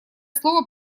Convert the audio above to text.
слово